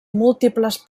múltiples